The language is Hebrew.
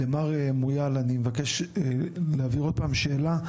למר מויאל אני מבקש להעביר עוד פעם שאלה,